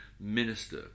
minister